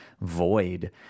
void